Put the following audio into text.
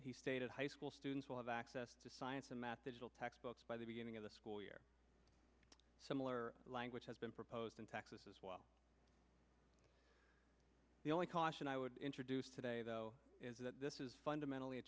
stated high school students will have access to science and math digital textbooks by the beginning of the school year similar language has been proposed in texas as well the only caution i would introduce today though is that this is fundamentally a